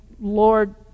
Lord